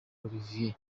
olivier